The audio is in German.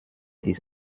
ist